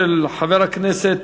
של חבר הכנסת